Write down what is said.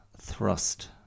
thrust